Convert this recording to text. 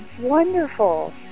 wonderful